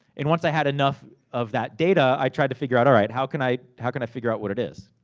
and, once i had enough of that data, i tried to figure out, alright, how can i, how can i figure out what it is?